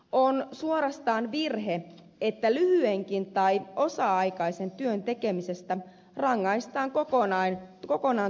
on suorastaan virhe että lyhyenkin tai osa aikaisen työn tekemisestä rangaistaan niin että tukirahat menettää kokonaan